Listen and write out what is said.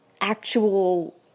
actual